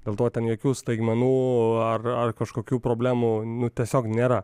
dėl to ten jokių staigmenų ar ar kažkokių problemų nu tiesiog nėra